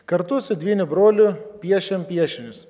kartu su dvyniu broliu piešėm piešinius